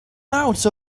out